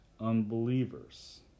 unbelievers